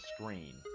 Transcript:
screen